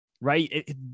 right